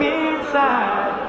inside